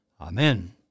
Amen